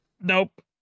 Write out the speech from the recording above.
nope